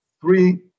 three